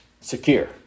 secure